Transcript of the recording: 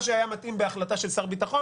מה שהיה מתאים בהחלטה של שר ביטחון,